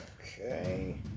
Okay